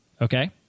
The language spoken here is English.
okay